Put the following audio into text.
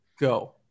Go